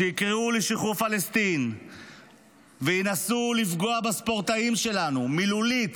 יקראו לשחרור פלסטין וינסו לפגוע בספורטאים שלנו מילולית,